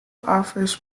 offers